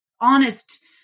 honest